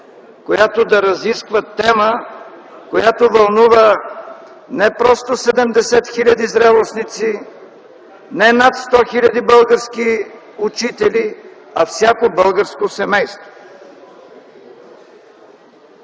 която да разисква тема, която вълнува не просто 70 хиляди зрелостници, не над 100 хиляди български учители, а всяко българско семейство.